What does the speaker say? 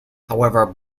however